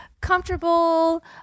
comfortable